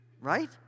right